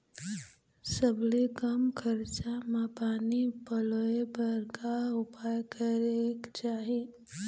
सबले कम खरचा मा पानी पलोए बर का उपाय करेक चाही?